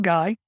Guy